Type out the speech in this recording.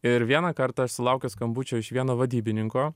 ir vieną kartą aš sulaukiau skambučio iš vieno vadybininko